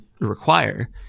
require